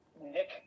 nick